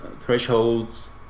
Threshold's